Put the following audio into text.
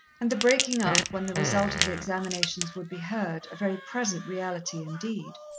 and the breaking-up, when the result of the examinations would be heard, a very present reality indeed.